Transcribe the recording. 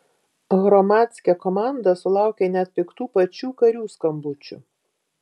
hromadske komanda sulaukė net piktų pačių karių skambučių